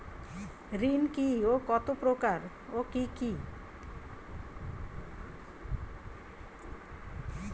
ঋণ কি ও কত প্রকার ও কি কি?